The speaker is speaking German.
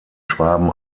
schwaben